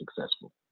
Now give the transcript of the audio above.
successful